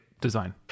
design